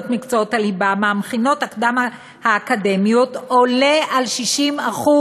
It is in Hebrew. את מקצועות הליבה במכינות הקדם-אקדמיות עולה על 60%;